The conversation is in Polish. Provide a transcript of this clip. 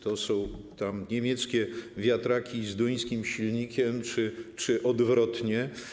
To są niemieckie wiatraki z duńskim silnikiem czy odwrotnie.